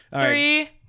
three